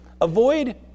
Avoid